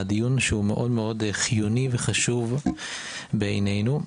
הדיון שהוא מאוד חיוני וחשוב בעינינו.